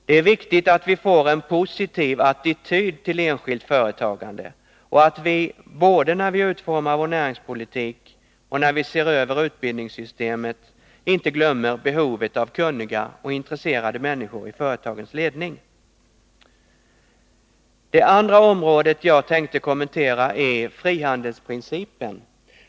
Det är viktigt att vi får en positiv attityd till enskilt företagande, liksom att vi både när vi utformar vår näringspolitik och när vi ser över utbildningssystemet inte glömmer behovet av kunniga och intresserade människor i företagens ledning. Det andra som jag tänkte kommentera är frihandelsprincipen.